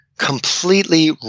completely